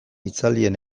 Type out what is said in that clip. itzalean